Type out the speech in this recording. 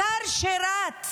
השר שרץ